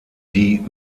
die